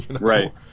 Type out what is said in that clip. right